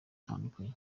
itandukanye